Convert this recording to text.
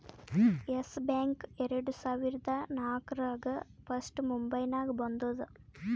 S Bank ಎರಡು ಸಾವಿರದಾ ನಾಕ್ರಾಗ್ ಫಸ್ಟ್ ಮುಂಬೈನಾಗ ಬಂದೂದ